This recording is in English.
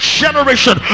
generation